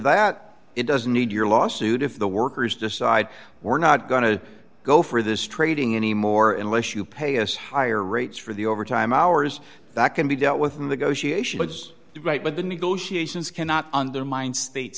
that it doesn't need your lawsuit if the workers decide we're not going to go for this trading anymore unless you pay us higher rates for the overtime hours that can be dealt with negotiations right but the negotiations cannot undermine state